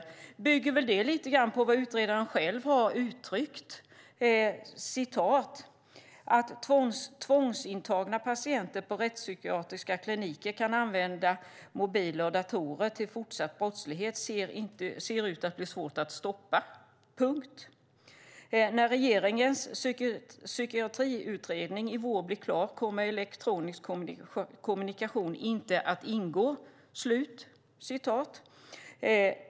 Det bygger väl lite grann på vad utredaren har uttryckt: "Att tvångsintagna patienter på rättspsykiatriska kliniker kan använda mobiler och datorer till fortsatt brottslighet ser ut att bli svårt att stoppa. När regeringens psykiatrilagsutredning i vår blir klar kommer elektronisk kommunikation inte att ingå."